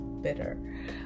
bitter